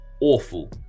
awful